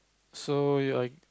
so your